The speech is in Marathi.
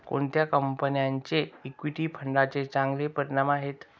कोणत्या कंपन्यांचे इक्विटी फंडांचे चांगले परिणाम आहेत?